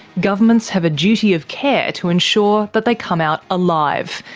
governments have a duty of care to ensure that they come out alive,